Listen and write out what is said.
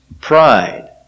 pride